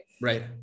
Right